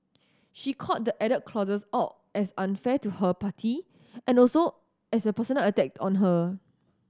she called the added clauses out as unfair to her party and also as a personal attack on her